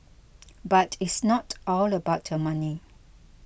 but it's not all about the money